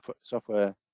software